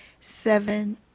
seven